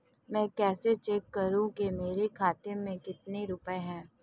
मैं कैसे चेक करूं कि मेरे खाते में कितने रुपए हैं?